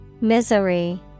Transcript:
Misery